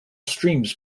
streams